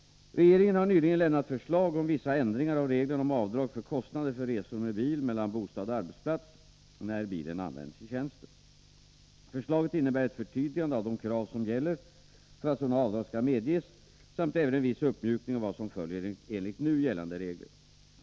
Regeringen har nyligen lämnat förslag om vissa ändringar av reglerna om avdrag för kostnader för resor med bil mellan bostad och arbetsplats när bilen används i tjänsten. Förslaget innebär ett förtydligande av de krav som gäller för att sådant avdrag skall medges samt även en viss uppmjukning av vad som följer enligt nu gällande regler.